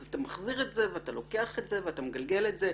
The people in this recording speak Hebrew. אז אתה מחזיר את זה ואתה לוקח את זה ואתה מגלגל את זה.